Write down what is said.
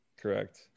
Correct